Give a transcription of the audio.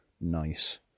nice